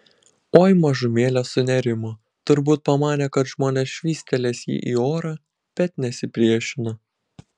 oi mažumėlę sunerimo turbūt pamanė kad žmonės švystelės jį į orą bet nesipriešino